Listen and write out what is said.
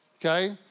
okay